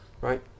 Right